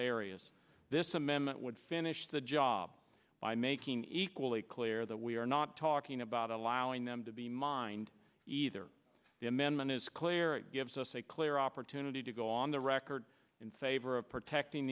areas this amendment would finish the job by making equally clear that we are not talking about allowing them to be mined either the amendment is clear and gives us a clear opportunity to go on the record in favor of protecting